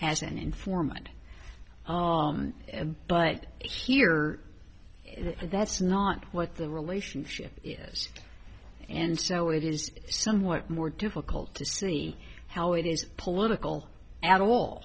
as an informant and but here that's not what the relationship is and so it is somewhat more difficult to see how it is political ad all